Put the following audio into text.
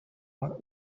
loin